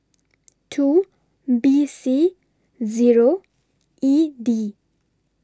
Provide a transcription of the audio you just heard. two B C Zero E D